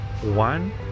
One